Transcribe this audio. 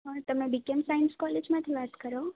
હા BKN science કોલેજમાંથી વાત કરો